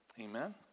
Amen